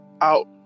out